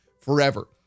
forever